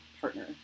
partner